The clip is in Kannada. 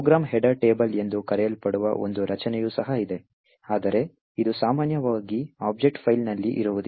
ಪ್ರೋಗ್ರಾಂ ಹೆಡರ್ ಟೇಬಲ್ ಎಂದು ಕರೆಯಲ್ಪಡುವ ಒಂದು ರಚನೆಯು ಸಹ ಇದೆ ಆದರೆ ಇದು ಸಾಮಾನ್ಯವಾಗಿ ಆಬ್ಜೆಕ್ಟ್ ಫೈಲ್ನಲ್ಲಿ ಇರುವುದಿಲ್ಲ